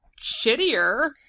shittier